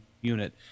unit